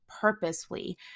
purposefully